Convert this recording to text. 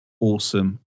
awesome